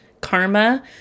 Karma